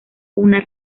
una